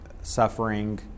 suffering